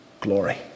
glory